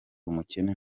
umukene